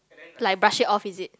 like brush it off is it